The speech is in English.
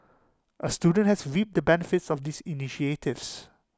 A student has reaped the benefits of these initiatives